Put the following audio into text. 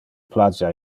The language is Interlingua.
plagia